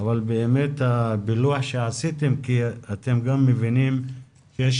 אבל הפילוח שעשיתם הוא משום שגם אתם מבינים שיש